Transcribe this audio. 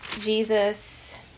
Jesus